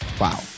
Wow